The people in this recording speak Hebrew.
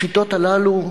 השיטות הללו,